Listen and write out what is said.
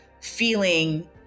feeling